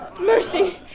Mercy